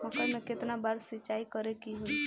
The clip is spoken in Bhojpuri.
मकई में केतना बार सिंचाई करे के होई?